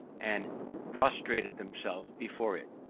and prostrated themselves before it.